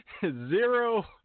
zero